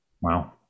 wow